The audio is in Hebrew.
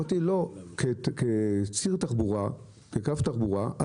לא ייתכן שמי שלא משתמש בטלפון חכם, לא משנה מה